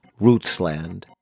Rootsland